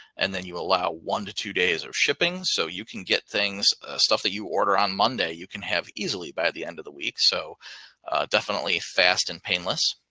and then you allow one to two days of shipping. so you can get stuff that you order on monday, you can have easily by the end of the week. so definitely fast and painless.